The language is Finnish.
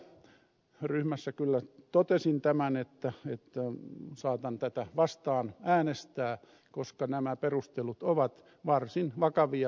ryhmässä kyllä totesin tämän että saatan tätä vastaan äänestää koska nämä perustelut ovat varsin vakavia